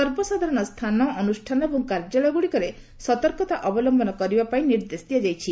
ସର୍ବସାଧାରଣ ସ୍ଥାନ ଅନୁଷ୍ଠାନ ଏବଂ କାର୍ଯ୍ୟାଳୟଗୁଡିକରେ ସତର୍କତା ଅବଲମ୍ବନ କରିବା ପାଇଁ ନିର୍ଦ୍ଦେଶ ଦିଆଯାଇଛି